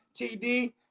TD